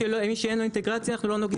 מי שאין לו אינטגרציה אנחנו לא נוגעים בו.